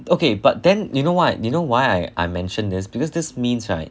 okay but then you know what you know why I I mention this because this means right